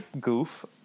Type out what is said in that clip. ...goof